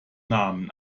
namen